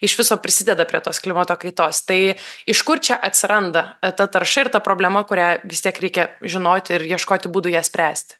iš viso prisideda prie tos klimato kaitos tai iš kur čia atsiranda ta tarša ir ta problema kurią vis tiek reikia žinoti ir ieškoti būdų ją spręsti